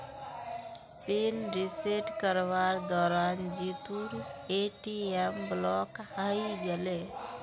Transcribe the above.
pin reset करवार दौरान जीतूर ए.टी.एम ब्लॉक हइ गेले